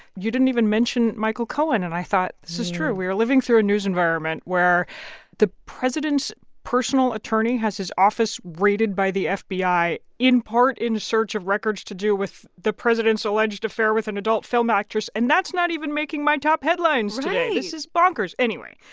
you didn't even mention michael cohen. and i thought this is true. we're living through a news environment where the president's personal attorney has his office raided by the fbi, in part, in search of records to do with the president's alleged affair with an adult film actress. and that's not even making my top headlines today right this is bonkers. anyway,